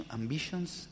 ambitions